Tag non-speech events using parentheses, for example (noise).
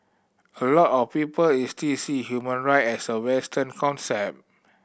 a lot of people (unintelligible) see human right as a Western concept